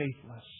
faithless